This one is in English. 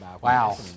Wow